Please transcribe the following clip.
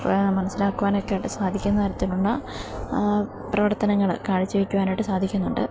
മനസ്സിലാക്കുവാനൊക്കെയായിട്ട് സാധിക്കുന്ന തരത്തിലുള്ള പ്രവർത്തനങ്ങൾ കാഴ്ച വെയ്ക്കുവാനായിട്ട് സാധിക്കുന്നുണ്ട്